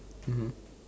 mmhmm